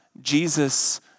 Jesus